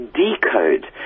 decode